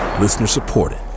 Listener-supported